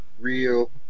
real